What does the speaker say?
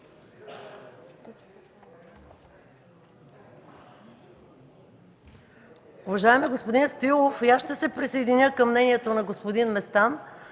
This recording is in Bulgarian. Благодаря